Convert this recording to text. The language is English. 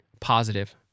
positive